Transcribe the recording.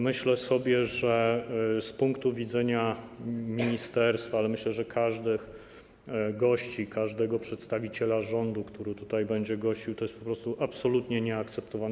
Myślę sobie, że z punktu widzenia ministerstwa, ale też każdego gościa i każdego przedstawiciela rządu, który tutaj będzie gościł, to jest po prostu absolutnie nieakceptowane.